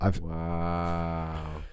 Wow